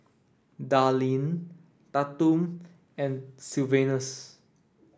Darleen Tatum and Sylvanus